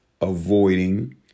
avoiding